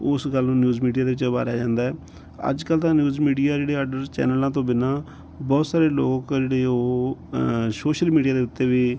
ਉਸ ਗੱਲ ਨੂੰ ਨਿਊਜ਼ ਮੀਡੀਆ ਦੇ ਵਿੱਚ ਉਭਾਰਿਆ ਜਾਂਦਾ ਹੈ ਅੱਜ ਕੱਲ੍ਹ ਤਾਂ ਨਿਊਜ਼ ਮੀਡੀਆ ਜਿਹੜੇ ਅੱਡ ਅੱਡ ਚੈਨਲਾਂ ਤੋਂ ਬਿਨਾਂ ਬਹੁਤ ਸਾਰੇ ਲੋਕ ਆ ਜਿਹੜੇ ਉਹ ਸੋਸ਼ਲ ਮੀਡੀਆ ਦੇ ਉੱਤੇ ਵੀ